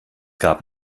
gab